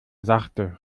sachte